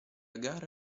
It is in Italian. gara